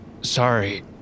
Sorry